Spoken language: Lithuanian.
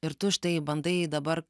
ir tu štai bandai dabar